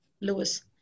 Lewis